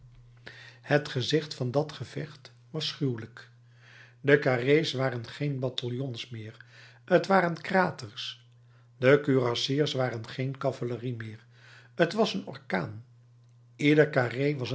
het gezicht van dat gevecht was gruwelijk de carré's waren geen bataljons meer t waren kraters de kurassiers waren geen cavalerie meer t was een orkaan ieder carré was